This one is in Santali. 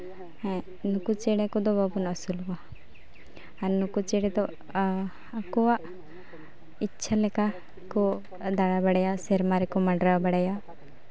ᱦᱮᱸ ᱱᱩᱠᱩ ᱪᱮᱬᱮ ᱠᱚᱫᱚ ᱵᱟᱵᱚᱱ ᱟᱹᱥᱩᱞ ᱠᱚᱣᱟ ᱟᱨ ᱱᱩᱠᱩ ᱪᱮᱬᱮ ᱫᱚ ᱟᱠᱚᱣᱟᱜ ᱤᱪᱪᱷᱟᱹ ᱞᱮᱠᱟ ᱠᱚ ᱫᱟᱲᱟ ᱵᱟᱲᱟᱭᱟ ᱥᱮᱨᱢᱟ ᱨᱮᱠᱚ ᱢᱟᱰᱨᱟᱣ ᱵᱟᱲᱟᱭᱟ